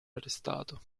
arrestato